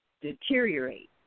deteriorate